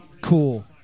Cool